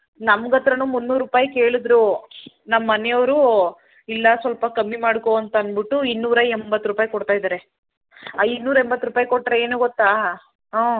ನಮ್ ಹತ್ರಾನೂ ಮುನ್ನೂರು ರೂಪಾಯಿ ಕೇಳಿದ್ರು ನಮ್ಮ ಮನೆಯವ್ರು ಇಲ್ಲ ಸ್ವಲ್ಪ ಕಮ್ಮಿ ಮಾಡಿಕೋ ಅಂತ ಅಂದ್ಬಿಟ್ಟು ಇನ್ನೂರ ಎಂಬತ್ತು ರೂಪಾಯಿ ಕೊಡ್ತಾ ಇದ್ದಾರೆ ಆ ಇನ್ನೂರ ಎಂಬತ್ತು ರೂಪಾಯಿ ಕೊಟ್ಟರೆ ಏನು ಗೊತ್ತಾ ಹ್ಞೂ